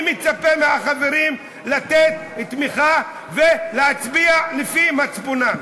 אני מצפה מהחברים לתת תמיכה ולהצביע לפי מצפונם.